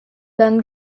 dann